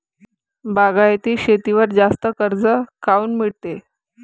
बागायती शेतीवर जास्त कर्ज काऊन मिळते?